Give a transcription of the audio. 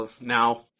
now